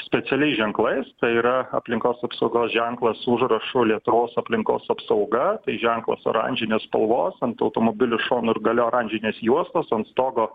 specialiais ženklais tai yra aplinkos apsaugos ženklas su užrašu lietuvos aplinkos apsauga ženklas oranžinės spalvos ant automobilių šonų ir gale oranžinės juostos ant stogo